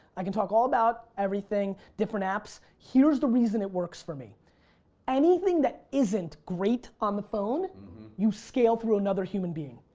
i can talk all about everything. different apps, here's the reason it works for me anything that isn't great on the phone you scale through another human being.